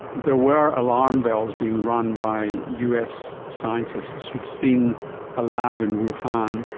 there were alarm bells being rung by us scientists who had seen a lab in wuhan,